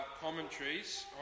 commentaries